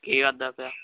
ਕੀ ਕਰਦਾ ਪਿਆ